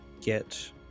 get